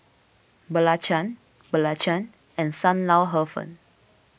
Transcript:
Belacan Belacan and Sam Lau Hor Fun